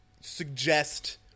suggest